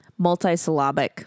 Multisyllabic